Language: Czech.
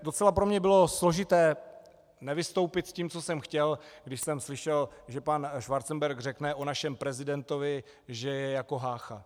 Docela pro mě bylo složité nevystoupit s tím, co jsem chtěl, když jsem slyšel, že pan Schwarzenberg řekne o našem prezidentovi, že je jako Hácha.